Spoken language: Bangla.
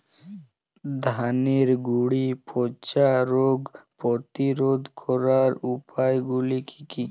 ধানের গুড়ি পচা রোগ প্রতিরোধ করার উপায়গুলি কি কি?